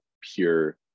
pure